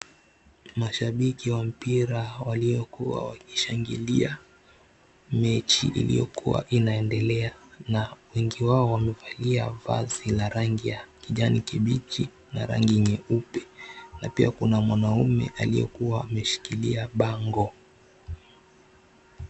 Mashabiki wa mpira waliyokuwa wakishangilia mechi iliyokuwa inaendelea na wengi wao wamevalia vazi la rangi ya kijani kibichi na rangi nyeupe na pia kuna mwanamume aliyekuwa ameshikilia bango.